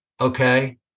okay